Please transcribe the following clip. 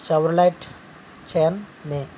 Chevrolet చెన్ న